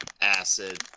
acid